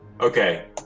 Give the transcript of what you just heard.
Okay